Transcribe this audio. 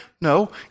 No